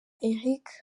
eric